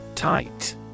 Tight